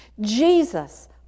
Jesus